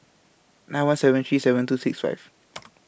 nine one seven three seven two six five